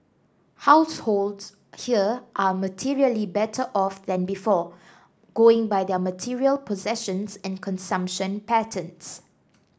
households here are materially better off than before going by their material possessions and consumption patterns